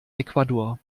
ecuador